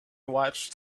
watched